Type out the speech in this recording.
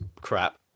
crap